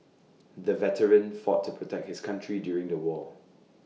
the veteran fought to protect his country during the war